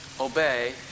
obey